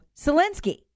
Zelensky